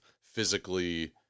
physically